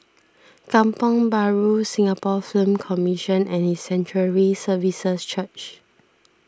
Kampong Bahru Road Singapore Film Commission and His Sanctuary Services Church